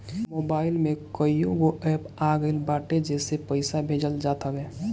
mobile में कईगो app आ गईल बाटे जेसे पईसा भेजल जात हवे